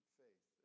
faith